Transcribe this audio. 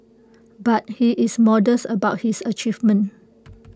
but he is modest about his achievement